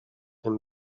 him